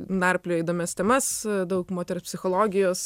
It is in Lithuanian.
narplioja įdomias temas daug moterų psichologijos